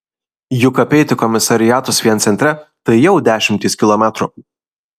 juk apeiti komisariatus vien centre tai jau dešimtys kilometrų